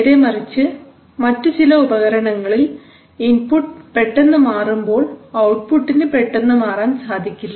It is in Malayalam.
നേരെമറിച്ച് മറ്റു ചില ഉപകരണങ്ങളിൽ ഇൻപുട്ട് പെട്ടെന്ന് മാറുമ്പോൾ ഔട്ട്പുട്ടിനു പെട്ടെന്ന് മാറാൻ സാധിക്കില്ല